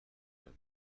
گردم